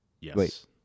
Yes